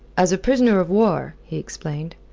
as a prisoner of war, he explained.